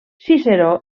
ciceró